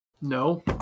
No